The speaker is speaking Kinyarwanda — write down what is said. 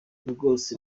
rwose